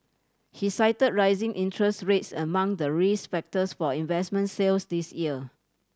he cited rising interest rates among the risk factors for investment sales this year